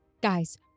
Guys